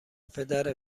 پدر